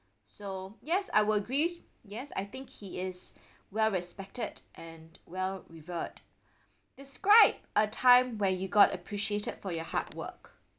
so yes I will agree yes I think he is well respected and well revered describe a time where you got appreciated for your hard work